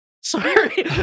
Sorry